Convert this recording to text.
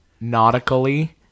nautically